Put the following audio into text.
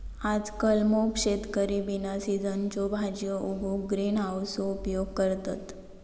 आजकल मोप शेतकरी बिना सिझनच्यो भाजीयो उगवूक ग्रीन हाउसचो उपयोग करतत